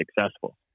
successful